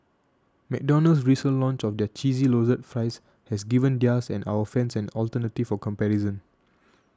McDonald's recent launch of their cheesy loaded fries has given theirs and our fans an alternative for comparison